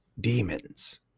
demons